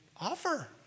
offer